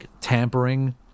tampering